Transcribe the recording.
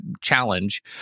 challenge